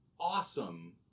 awesome